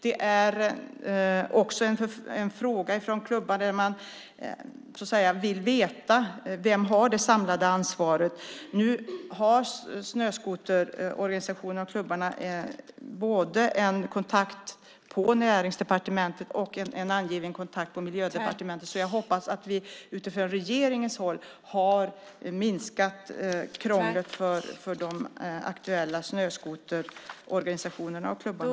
Det är också en fråga från klubbar där man vill veta vem som har det samlade ansvaret. Nu har snöskoterorganisationerna och klubbarna både en kontakt på Näringsdepartementet och en angiven kontakt på Miljödepartementet. Jag hoppas att vi från regeringens håll har minskat krånglet för de aktuella snöskoterorganisationerna och klubbarna.